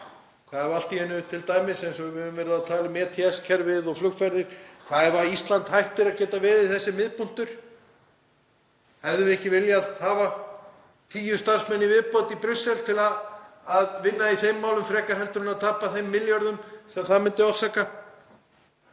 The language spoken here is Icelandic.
verið milljarðar í húfi. Eins og við höfum verið að tala um ETS-kerfið og flugferðir; hvað ef Ísland hættir að geta verið þessi miðpunktur? Hefðum við ekki viljað hafa tíu starfsmenn í viðbót í Brussel til að vinna í þeim málum frekar en að tapa þeim milljörðum sem það myndi orsaka?